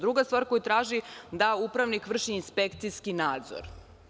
Druga stvar koju traži jeste da upravnik vrši inspekcijski nadzor.